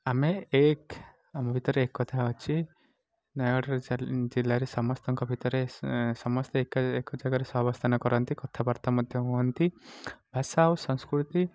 ଆମେ ଏକ ଆମ ଭିତରେ ଏକତା ଅଛି ନୟାଗଡ଼ ଜିଲ୍ଲାରେ ସମସ୍ତଙ୍କ ଭିତରେ ସମସ୍ତେ ଏକା ଜାଗାରେ ସହବସ୍ଥାନ କରନ୍ତି ସମସ୍ତେ କଥାବାର୍ତ୍ତା ମଧ୍ୟ ହୁଅନ୍ତି ଭାଷା ଓ ସଂସ୍କୃତି